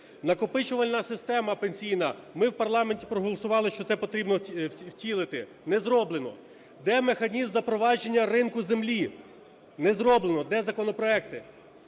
Накопичувальна система пенсійна. Ми в парламенті проголосували, що це потрібно втілити – не зроблено! Де механізм запровадження ринку землі? Не зроблено! Де законопроекти,